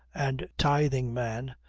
and tithingman,